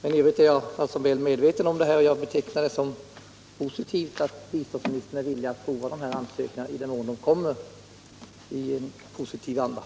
I övrigt är jag väl medveten om situationen, och jag betecknar det som positivt att biståndsministern är villig att pröva ansökningarna i positiv anda i den mån de kommer.